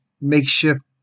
makeshift